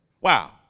Wow